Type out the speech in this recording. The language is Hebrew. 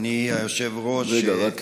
אדוני היושב-ראש רגע.